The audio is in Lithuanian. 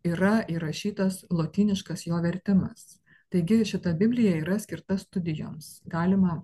yra įrašytas lotyniškas jo vertimas taigi šita biblija yra skirta studijoms galima